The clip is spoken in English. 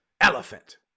elephant